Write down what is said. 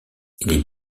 les